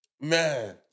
man